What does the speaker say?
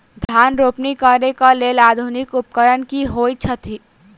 धान रोपनी करै कऽ लेल आधुनिक उपकरण की होइ छथि?